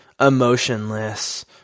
emotionless